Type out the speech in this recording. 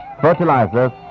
fertilizers